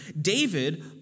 David